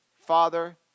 Father